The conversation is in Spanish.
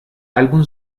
álbum